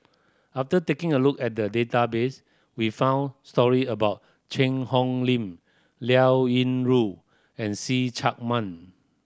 after taking a look at the database we found story about Cheang Hong Lim Liao Yingru and See Chak Mun